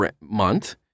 month